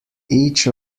each